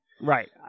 Right